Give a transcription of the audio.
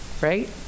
right